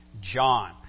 John